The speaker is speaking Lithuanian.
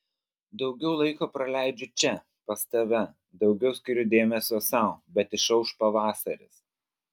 daugiau laiko praleidžiu čia pas tave daugiau skiriu dėmesio sau bet išauš pavasaris